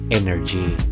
energy